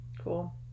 Cool